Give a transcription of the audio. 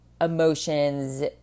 emotions